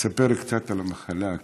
ספר קצת על המחלה.